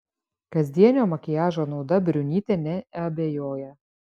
kasdienio makiažo nauda briunytė neabejoja